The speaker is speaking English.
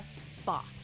Spa